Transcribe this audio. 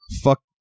fuck